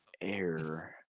air